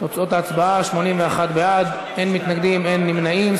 תוצאות ההצבעה: 81 בעד, אין מתנגדים, אין נמנעים.